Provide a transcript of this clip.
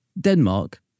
Denmark